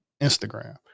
Instagram